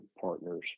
partners